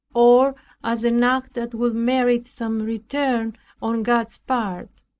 or as an act that would merit some return on god's part